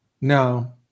no